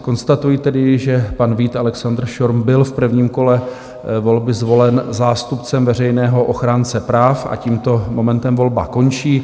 Konstatuji tedy, že pan Vít Alexander Schorm byl v prvním kole volby zvolen zástupcem veřejného ochránce práv, a tímto momentem volba končí.